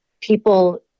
people